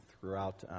Throughout